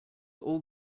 all